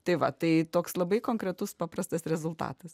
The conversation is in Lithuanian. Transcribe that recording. tai va tai toks labai konkretus paprastas rezultatas